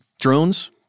Drones